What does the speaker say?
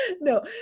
No